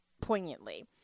poignantly